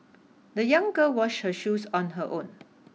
the young girl washed her shoes on her own